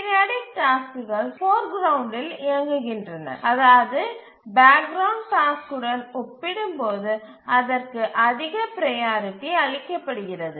periodic டாஸ்க்குகள் foreground இயங்குகின்றன அதாவது பேக் கிரவுண்ட் டாஸ்க்குடன் ஒப்பிடும்போது அதற்கு அதிக ப்ரையாரிட்டி அளிக்கப்படுகிறது